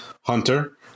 Hunter